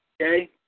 okay